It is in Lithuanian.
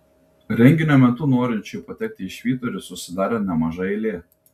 renginio metu norinčiųjų patekti į švyturį susidarė nemaža eilė